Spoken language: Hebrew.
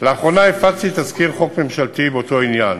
לאחרונה הפצתי תזכיר חוק ממשלתי באותו עניין,